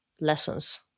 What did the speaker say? lessons